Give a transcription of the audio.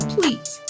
Please